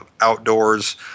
outdoors